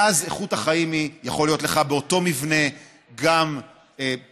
אז איכות החיים היא שיכול להיות לך באותו מבנה גם פנאי,